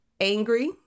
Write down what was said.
angry